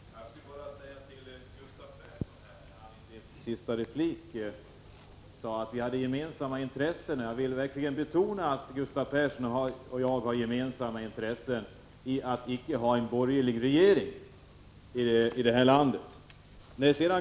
Herr talman! Jag skall bara säga några ord med anledning av att Gustav Persson i sin sista replik sade att vi hade gemensamma intressen. Jag vill verkligen betona att Gustav Persson och jag har gemensamma intressen i att icke ha en borgerlig regering i det här landet.